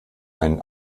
einen